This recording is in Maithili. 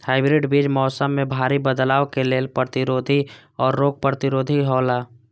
हाइब्रिड बीज मौसम में भारी बदलाव के लेल प्रतिरोधी और रोग प्रतिरोधी हौला